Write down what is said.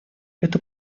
это